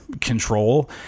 control